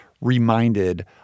reminded